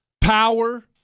power